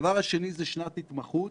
שנית, שנת התמחות.